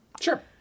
Sure